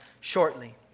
shortly